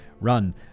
run